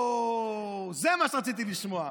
אוה, זה מה שרציתי לשמוע.